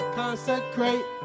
consecrate